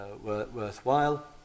worthwhile